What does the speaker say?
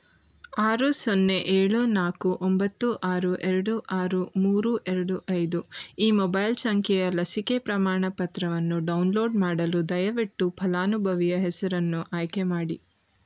ಆರು ಸೊನ್ನೆ ಏಳು ನಾಲ್ಕು ಒಂಬತ್ತು ಆರು ಎರಡು ಆರು ಮೂರು ಎರಡು ಐದು ಈ ಮೊಬೈಲ್ ಸಂಖ್ಯೆಯ ಲಸಿಕೆ ಪ್ರಮಾಣಪತ್ರವನ್ನು ಡೌನ್ಲೋಡ್ ಮಾಡಲು ದಯವಿಟ್ಟು ಫಲಾನುಭವಿಯ ಹೆಸರನ್ನು ಆಯ್ಕೆ ಮಾಡಿ